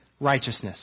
righteousness